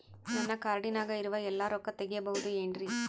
ನನ್ನ ಕಾರ್ಡಿನಾಗ ಇರುವ ಎಲ್ಲಾ ರೊಕ್ಕ ತೆಗೆಯಬಹುದು ಏನ್ರಿ?